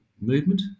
movement